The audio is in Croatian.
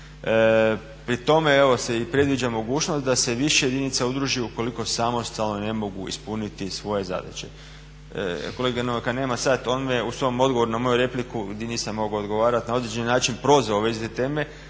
Pri tome evo se i predviđa mogućnost da više jedinica udruži ukoliko samostalno ne mogu ispuniti svoje zadaće. Kolege Novaka nema sad, on me u svom odgovoru na moju repliku di nisam mogao odgovarati na određeni način prozvao u vezi te teme,